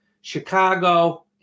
Chicago